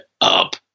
up